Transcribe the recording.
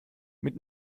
mit